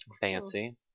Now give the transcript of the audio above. fancy